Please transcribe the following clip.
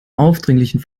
aufdringlichen